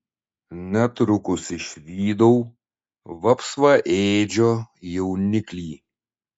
netrukus išvydau vapsvaėdžio jauniklį